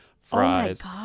fries